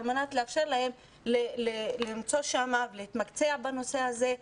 כדי לאפשר להן להתמקצע בנושא הזה.